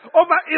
over